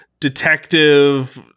detective